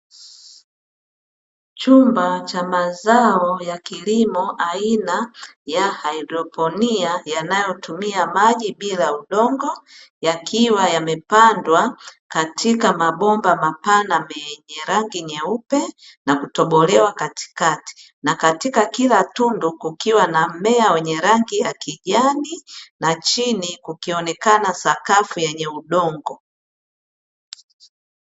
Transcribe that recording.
Chumba chenye zao la kilimo aina ya hydroponia, yanayotumia maji bila udongo yakiwa yamepandwa katika mabomba mapanda me yenye rangi nyeupe na kutobolewa katikati na katika kila tundu kukiwa na mmea wenye rangi ya kijani na chini kukionekana sakafu yenye udongo.